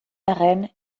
arren